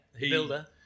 builder